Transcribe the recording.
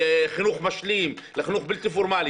לחינוך משלים, לחינוך בלתי פורמלי